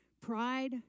pride